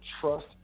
trust